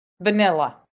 Vanilla